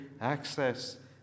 access